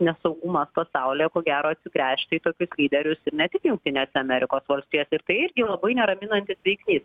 nesaugumas pasaulyje ko gero atsigręžti į tokius lyderius ir ne tik jungtinėse amerikos valstijose ir tai irgi labai neraminantis veiksnys